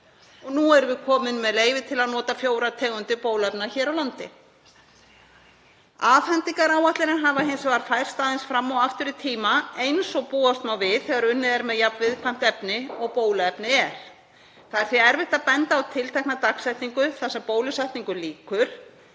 og nú erum við komin með leyfi til að nota fjórar tegundir bóluefna hér á landi. Afhendingaráætlanir hafa hins vegar færst aðeins fram og aftur í tíma, eins og búast má við þegar unnið er með jafn viðkvæmt efni og bóluefni. Það er því erfitt að benda á tiltekna dagsetningu þar sem bólusetningu lýkur.